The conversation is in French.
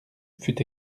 fut